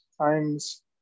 times